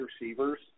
receivers